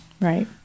Right